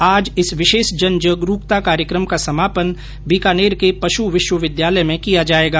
आज इस विषेष जनजागरूकता कार्यक्रम का समापन बीकानेर के पश विष्वविद्यालय में किया जायेगा